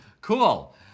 Cool